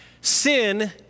Sin